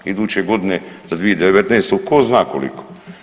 Iduće godine za 2019. tko zna koliko.